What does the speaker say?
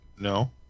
No